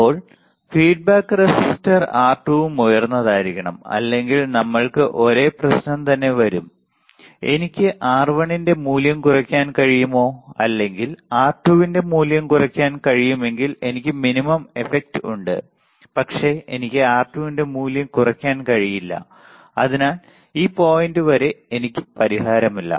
അപ്പോൾ feedback resistor R2 ഉം ഉയർന്നതായിരിക്കണം അല്ലെങ്കിൽ നമ്മൾക്ക് ഒരേ പ്രശ്നം തന്നെ വരും എനിക്ക് R1 ന്റെ മൂല്യം കുറയ്ക്കാൻ കഴിയുമോ അല്ലെങ്കിൽ R2 ന്റെ മൂല്യം കുറയ്ക്കാൻ കഴിയുമെങ്കിൽ എനിക്ക് മിനിമം ഇഫക്റ്റ് ഉണ്ട് പക്ഷേ എനിക്ക് R2 ന്റെ മൂല്യം കുറയ്ക്കാൻ കഴിയില്ല അതിനാൽ ഈ പോയിന്റ് വരെ എനിക്ക് പരിഹാരമില്ല